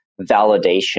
validation